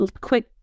quick